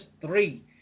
three